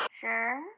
Sure